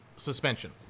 Suspension